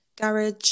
garage